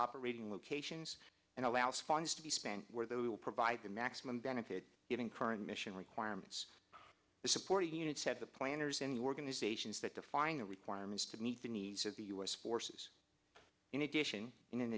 operating locations and allows funds to be spent where they will provide the maximum benefit given current mission requirements the supporting units said the planners any organizations that define the requirements to meet the needs of the us forces in addition in an